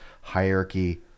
hierarchy